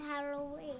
Halloween